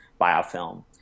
biofilm